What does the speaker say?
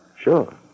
Sure